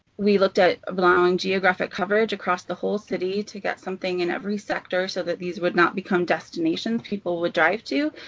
we looked at along geographic coverage across the whole city to get something in every sector so these would not become destinations people would drive to,